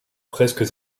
presque